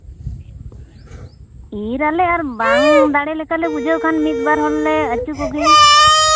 ᱤᱨᱻ ᱟᱞᱮ ᱵᱟᱝ ᱫᱟᱲᱮ ᱞᱮᱠᱟᱞᱮ ᱵᱩᱡᱷᱟᱹᱣ ᱠᱷᱟᱱᱞᱮ ᱢᱤᱫ ᱵᱟᱨ ᱦᱚᱲᱞᱮ ᱟᱹᱪᱩ ᱠᱚᱜᱮᱭᱟ